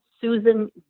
Susan